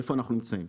איפה אנחנו נמצאים,